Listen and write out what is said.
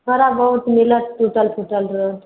सारा बहुत मिलत टुटल फुटल रोड